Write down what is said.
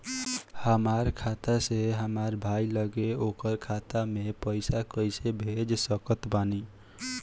हमार खाता से हमार भाई लगे ओकर खाता मे पईसा कईसे भेज सकत बानी?